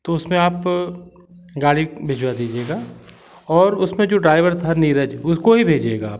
तो उसमें आप गाड़ी भिजवा दीजिएगा और उसमें जो ड्राइवर था नीरज उसको ही भेजिएगा आप